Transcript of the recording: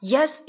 Yes